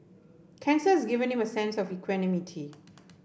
cancer has given him a sense of equanimity